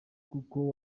kuko